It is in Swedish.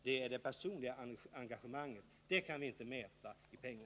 Det gäller det personliga engagemanget, och det kan vi inte mäta i pengar.